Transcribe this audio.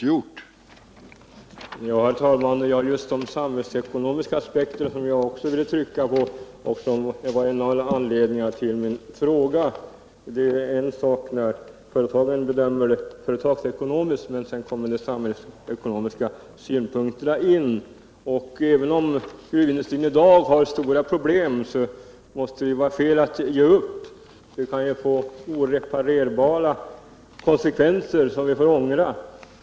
Herr talman! Det var just de samhällsekonomiska aspekterna som jag också ville trycka på och som var en av anledningarna till min fråga. Det är en sak när företagen bedömer situationen företagsekonomiskt, men sedan kommer de samhällsekonomiska synpunkterna in. Även om gruvindustrin i dag har stora problem, måste det vara fel att ge upp. Det kan få oreparerbara konsekvenser, som vi får ångra.